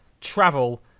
Travel